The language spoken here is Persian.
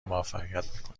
موفقیت